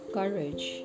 courage